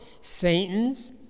Satan's